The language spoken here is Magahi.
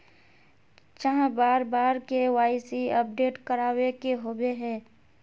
चाँह बार बार के.वाई.सी अपडेट करावे के होबे है?